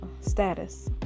status